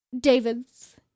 David's